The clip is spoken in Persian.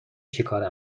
چیکاره